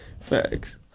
Facts